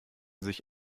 sich